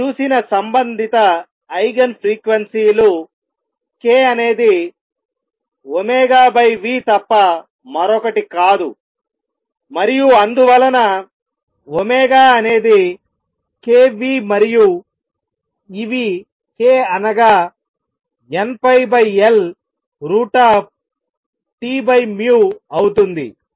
మనం చూసిన సంబంధిత ఐగెన్ ఫ్రీక్వెన్సీ లు k అనేది vతప్ప మరొకటి కాదు మరియు అందువలన అనేది k v మరియు ఇవి k అనగా nπLT అవుతుంది